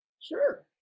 Sure